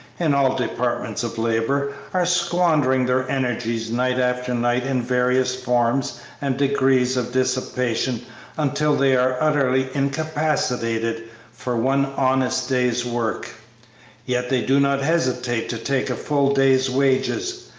in all departments of labor, are squandering their energies night after night in various forms and degrees of dissipation until they are utterly incapacitated for one honest day's work yet they do not hesitate to take a full day's wages,